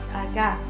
acá